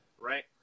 right